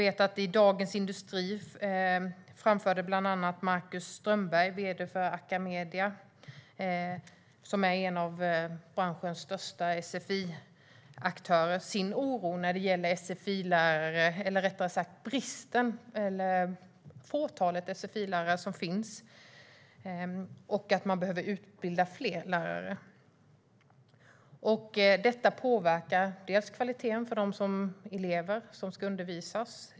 Bland annat har Marcus Strömberg, vd för Academedia, som är en av sfi-branschens största aktörer, framfört sin oro i Dagens Industri över bristen på sfi-lärare. Han anser att man behöver utbilda fler lärare. Detta påverkar kvaliteten för de elever som ska undervisas.